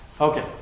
Okay